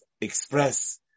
express